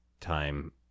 time